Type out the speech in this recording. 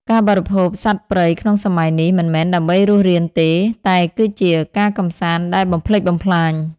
ការបរិភោគសត្វព្រៃក្នុងសម័យនេះ មិនមែនដើម្បីរស់រានទេ តែគឺជា "ការកម្សាន្តដែលបំផ្លិចបំផ្លាញ"។